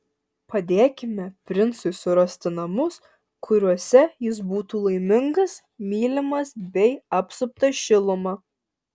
padėkime princui surasti namus kuriuose jis būtų laimingas mylimas bei apsuptas šiluma